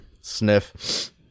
Sniff